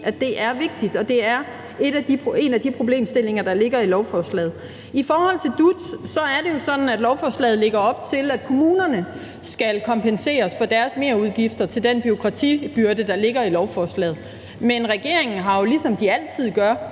at det er vigtigt, og at det er en af de problemstillinger, der ligger i lovforslaget. I forhold til dut er det jo sådan, at lovforslaget lægger op til, at kommunerne skal kompenseres for deres merudgifter til den bureaukratibyrde, der ligger i lovforslaget, men regeringen har glemt, ligesom de jo altid gør,